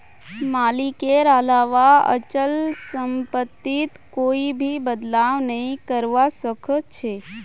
मालिकेर अलावा अचल सम्पत्तित कोई भी बदलाव नइ करवा सख छ